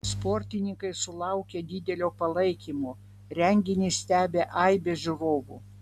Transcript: sportininkai sulaukia didelio palaikymo renginį stebi aibė žiūrovų